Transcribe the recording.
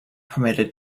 permitted